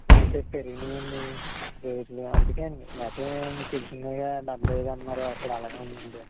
అంటే పెరిగినియండి రేట్లు అందుకేండి లేకపోతే మీకు తెలిసిన దగ్గర డెబ్బై ఐదు అన్నారు అప్పుడు అలాగే ఉందండి రేట్లు